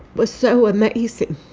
was so amazing.